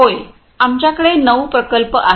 होय आमच्याकडे नऊ प्रकल्प आहेत